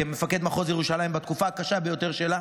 כמפקד מחוז ירושלים בתקופה הקשה ביותר שלה,